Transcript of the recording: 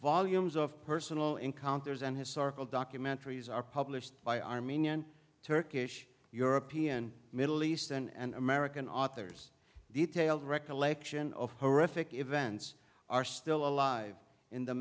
volumes of personal encounters and historical documentaries are published by armenian turkish european middle east and american authors the detailed recollection of horrific events are still alive in the